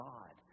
God